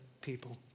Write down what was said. people